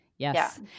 Yes